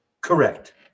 Correct